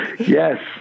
Yes